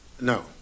No